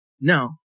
No